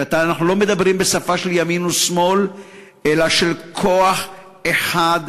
אנחנו לא מדברים בשפה של ימין או שמאל אלא של כוח אחד,